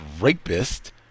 rapist